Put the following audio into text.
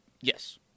Yes